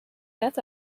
that